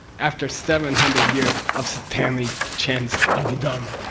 after seven hundred years of stanley chen's abhidharma.